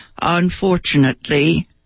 unfortunately